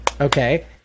Okay